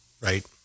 right